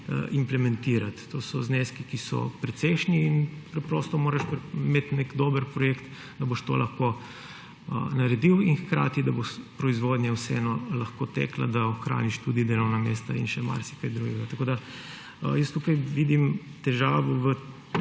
implementirati. To so zneski, ki so precejšnji in preprosto moraš imeti nek dober projekt, da boš to lahko naredil in hkrati da bo proizvodnja vseeno lahko tekla, da ohraniš tudi delovna mesta in še marsikaj drugega. Tako vidim tukaj, v tem